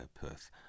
Perth